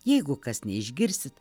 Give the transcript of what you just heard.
jeigu kas neišgirsit